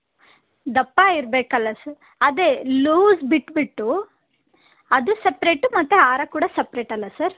ದಪ್ಪ ಇರಬೇಕಲ್ಲ ಸರ್ ಅದೇ ಲೂಸ್ ಬಿಟ್ಟುಬಿಟ್ಟು ಅದು ಸಪರೇಟು ಮತ್ತು ಹಾರ ಕೂಡ ಸಪರೇಟಲ್ವಾ ಸರ್